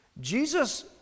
Jesus